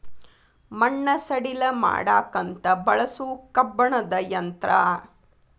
ಮಣ್ಣ ಸಡಿಲ ಮಾಡಾಕಂತ ಬಳಸು ಕಬ್ಬಣದ ಯಂತ್ರಾ